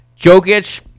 Jokic